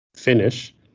finish